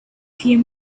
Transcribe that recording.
few